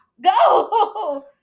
go